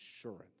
assurance